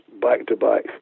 back-to-back